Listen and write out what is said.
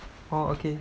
orh okay